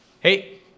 Hey